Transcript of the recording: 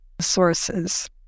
sources